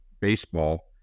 baseball